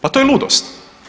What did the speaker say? Pa to je ludost.